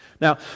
Now